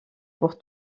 pour